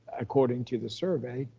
according to the survey.